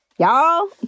Y'all